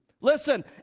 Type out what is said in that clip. Listen